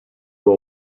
will